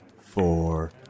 four